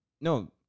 No